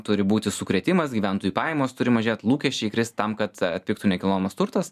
turi būti sukrėtimas gyventojų pajamos turi mažėt lūkesčiai krist tam kad atpigtų nekilnojamas turtas